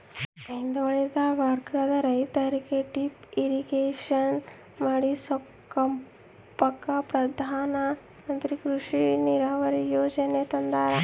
ಹಿಂದುಳಿದ ವರ್ಗದ ರೈತರಿಗೆ ಡಿಪ್ ಇರಿಗೇಷನ್ ಮಾಡಿಸ್ಕೆಂಬಕ ಪ್ರಧಾನಮಂತ್ರಿ ಕೃಷಿ ನೀರಾವರಿ ಯೀಜನೆ ತಂದಾರ